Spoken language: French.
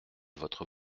votre